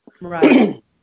right